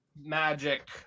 magic